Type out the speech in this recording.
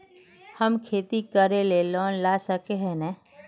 हम खेती करे ले लोन ला सके है नय?